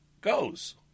goes